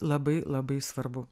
labai labai svarbu